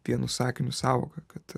vienu sakiniu sąvoką kad